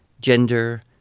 gender